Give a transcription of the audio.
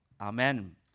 Amen